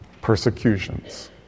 persecutions